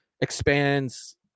expands